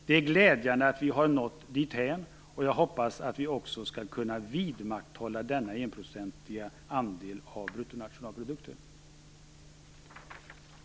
Det är glädjande att vi har nått dithän, och jag hoppas att vi också skall kunna vidmakthålla denna enprocentiga andel av vår bruttonationalprodukt."